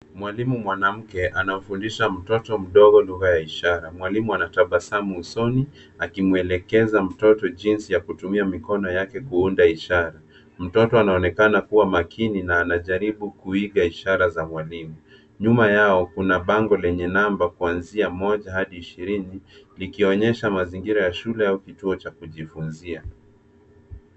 Mwalimu mwanamke anamfundisha mtoto mdogo lugha ya ishara. Mwalimu anatabasamu usoni akimwelekeza mtoto jinsi ya kutumia mkono yake kuunda ishara. Mtoto anaonekana kuwa makini na anajaribu kuiga ishara za mwalimu. Nyuma yao kuna bango lenye namba kuanzia moja hadi ishirini likionyesha mazingira ya shule au kituo cha kujifunzia.